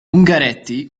ungaretti